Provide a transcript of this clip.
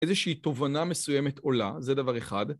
איזושהי תובנה מסוימת עולה, זה דבר אחד.